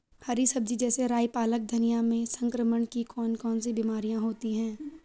हरी सब्जी जैसे राई पालक धनिया में संक्रमण की कौन कौन सी बीमारियां होती हैं?